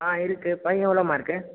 ஆ இருக்குது பையன் எவ்வளோ மார்க்கு